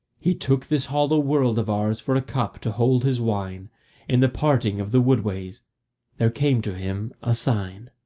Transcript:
he took this hollow world of ours for a cup to hold his wine in the parting of the woodways there came to him a sign.